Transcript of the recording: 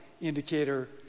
indicator